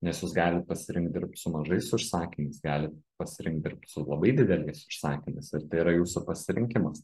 nes jūs galit pasirinkt dirbt su mažais užsakymais galit pasirinkt dirbt su labai dideliais užsakymais ir tai yra jūsų pasirinkimas